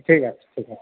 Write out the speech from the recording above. ঠিক আছে ঠিক আছে